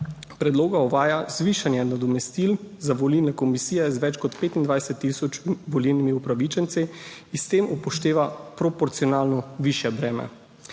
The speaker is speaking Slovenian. predloga uvaja zvišanje nadomestil za volilne komisije z več kot 25 tisoč volilnimi upravičenci in s tem upošteva proporcionalno višje breme.